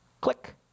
Click